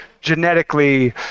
genetically